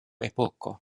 epoko